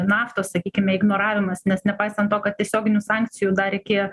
naftos sakykime ignoravimas nes nepaisant to kad tiesioginių sankcijų dar iki